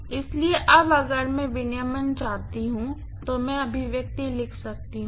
इसलिए अब अगर मैं रेगुलेशन चाहता हूं तो मैं अभिव्यक्ति लिख सकता हूं